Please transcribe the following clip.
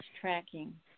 tracking